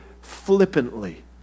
flippantly